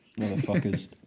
motherfuckers